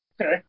Okay